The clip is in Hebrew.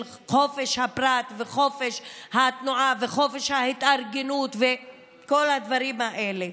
של חופש הפרט וחופש התנועה וחופש ההתארגנות וכל הדברים האלה,